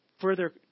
further